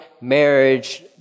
marriage